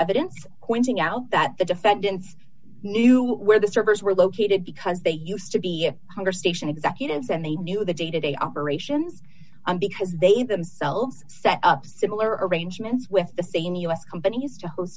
evidence pointing out that the defendants knew where the servers were located because they used to be hunger station executives and they knew the day to day operations on because they themselves set up similar arrangements with the senior u s companies to h